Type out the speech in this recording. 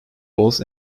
both